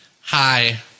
Hi